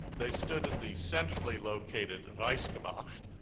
they stood in the centrally located like izcabach,